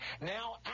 now